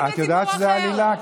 את יודעת שזה עלילה,